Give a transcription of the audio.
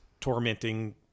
tormenting